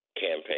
campaign